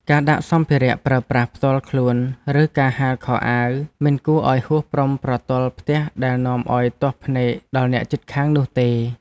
ការដាក់សម្ភារៈប្រើប្រាស់ផ្ទាល់ខ្លួនឬការហាលខោអាវមិនគួរឱ្យហួសព្រំប្រទល់ផ្ទះដែលនាំឱ្យទាស់ភ្នែកដល់អ្នកជិតខាងនោះទេ។